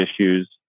issues